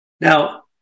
Now